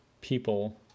people